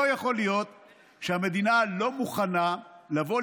לא יכול להיות שהמדינה לא מוכנה לבוא